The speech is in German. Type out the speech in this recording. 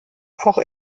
auch